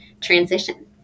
transition